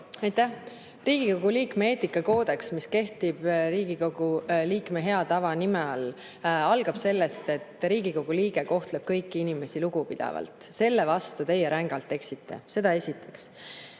Aitäh! Riigikogu liikme eetikakoodeks, mis kehtib Riigikogu liikme hea tava nime all, algab sellest, et Riigikogu liige kohtleb kõiki inimesi lugupidavalt. Selle vastu teie rängalt eksite. Seda esiteks.